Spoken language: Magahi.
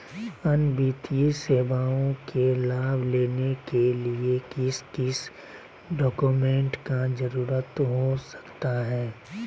अन्य वित्तीय सेवाओं के लाभ लेने के लिए किस किस डॉक्यूमेंट का जरूरत हो सकता है?